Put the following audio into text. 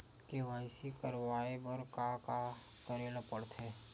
KYC करवाय बर का का करे ल पड़थे?